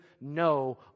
no